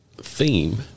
theme